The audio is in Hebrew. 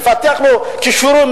לפתח לו כישורים,